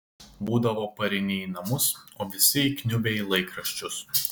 būdavo pareini į namus o visi įkniubę į laikraščius